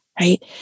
right